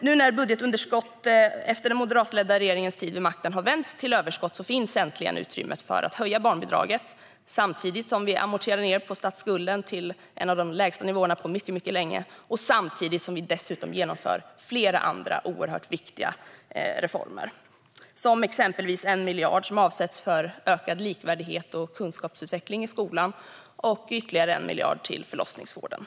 Nu när budgetunderskottet efter den moderatledda regeringens tid vid makten har vänts till överskott finns det äntligen utrymme för att höja barnbidraget. Samtidigt amorterar vi på statsskulden så att den ligger på en av de lägsta nivåerna på mycket länge. Vi genomför dessutom flera andra oerhört viktiga reformer. Exempelvis avsätts 1 miljard för ökad likvärdighet och kunskapsutveckling i skolan och 1 miljard till förlossningsvården.